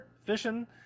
fishing